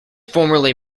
formerly